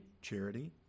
charity